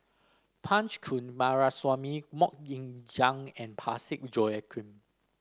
Punch Coomaraswamy MoK Ying Jang and Parsick Joaquim